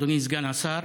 אדוני סגן השר,